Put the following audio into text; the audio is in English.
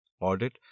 Audit